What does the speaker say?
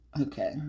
Okay